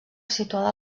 situada